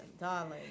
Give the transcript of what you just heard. Darling